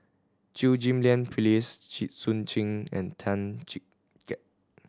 Chew Ghim Lian Phyllis Jit Koon Ch'ng and Tan Chee Teck